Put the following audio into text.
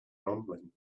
rumbling